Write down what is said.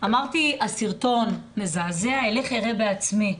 אמרתי שהסרטון מזעזע, אלך אראה בעצמי.